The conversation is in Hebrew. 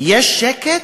יש שקט?